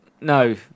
no